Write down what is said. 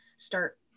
start